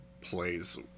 plays